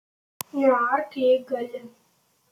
neark jei gali